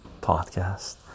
podcast